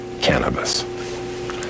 cannabis